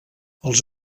els